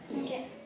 okay